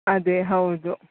ಅದೇ ಹೌದು